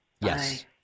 Yes